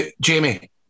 Jamie